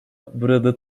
burada